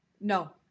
no